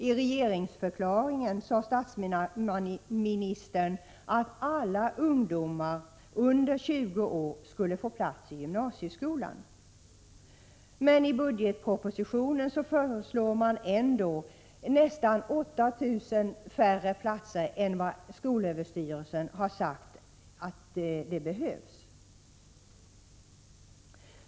I regeringsförklaringen sade statsministern att alla ungdomar under 20 år skulle få plats i gymnasieskolan, men i budgetpropositionen föreslår man ändå nästan 8 000 färre platser än vad skolöverstyrelsen har sagt att det behövs.